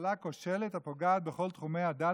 ממשלה כושלת הפוגעת בכל תחומי הדת